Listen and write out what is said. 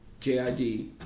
JID